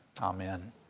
Amen